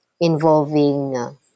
involving